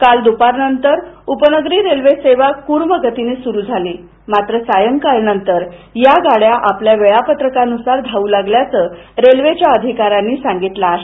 काल दुपारनंतर उपनगरी रेल्वेसेवा कूर्मगतीने सुरू झाली मात्र सायंकाळनंतर या गाड्या आपल्या वेळापत्रकानुसार धावू लागल्याचं रेल्वेच्या अधिकाऱ्यांनी सांगितले आहे